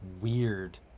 weird